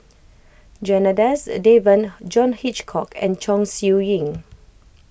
Janadas Devan John Hitchcock and Chong Siew Ying